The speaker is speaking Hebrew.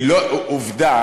היא נותנת.